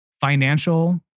financial